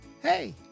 Hey